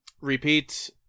repeat